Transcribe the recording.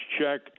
check